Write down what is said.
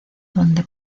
donde